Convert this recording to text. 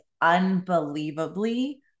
unbelievably